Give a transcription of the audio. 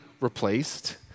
replaced